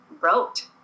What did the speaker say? wrote